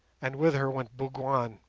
and with her went bougwan.